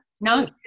No